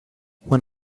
when